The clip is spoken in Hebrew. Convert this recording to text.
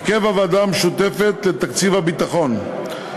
הרכב הוועדה המשותפת לתקציב הביטחון,